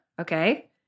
Okay